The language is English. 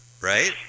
Right